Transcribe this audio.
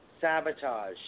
sabotage